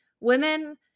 women